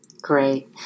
Great